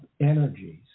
energies